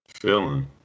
feeling